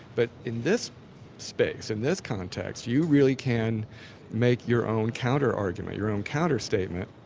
but in this space, in this context, you really can make your own counter-argument, your own counter-statement,